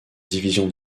division